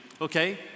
Okay